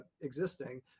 existing